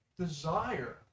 desire